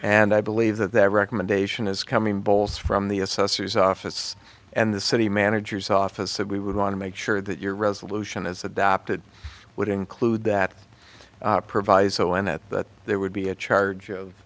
and i believe that that recommendation is coming bowles from the assessor's office and the city managers office and we would want to make sure that your resolution is adopted would include that proviso and that there would be a charge of